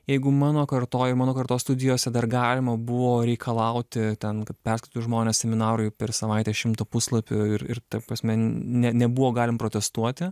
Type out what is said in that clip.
jeigu mano kartoj mano kartos studijose dar galima buvo reikalauti ten kad perskaitytų žmonės seminarui per savaitę šimtą puslapių ir ir ta prasme ne nebuvo galim protestuoti